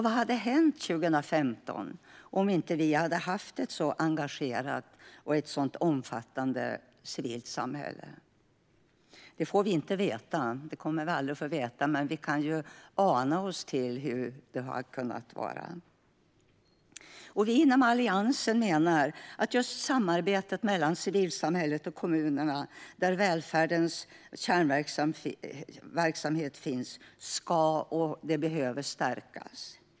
Vad skulle ha hänt 2015 om vi inte hade haft ett så engagerat och omfattande civilt samhälle? Det kommer vi aldrig att få veta, men vi kan ju ana oss till hur det hade kunnat bli. Vi inom Alliansen menar att just samarbetet mellan civilsamhället och kommunerna, där välfärdens kärnverksamhet finns, ska och behöver stärkas.